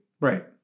Right